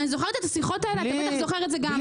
אני זוכרת את השיחות האלה, אתה בטח זוכר את זה גם.